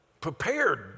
prepared